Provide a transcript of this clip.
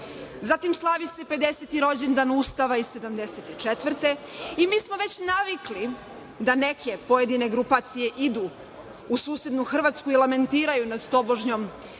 Zatim, slavi se 50. rođendan Ustava iz 1974. godine. Mi smo već navikli da neke pojedine grupacije idu u susednu Hrvatsku i lamentiraju na tobožnjom srpskom,